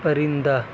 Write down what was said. پرندہ